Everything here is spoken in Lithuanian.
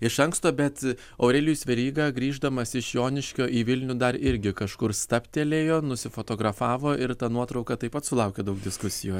iš anksto bet aurelijus veryga grįždamas iš joniškio į vilnių dar irgi kažkur stabtelėjo nusifotografavo ir ta nuotrauka taip pat sulaukė daug diskusijų